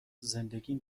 زندگیم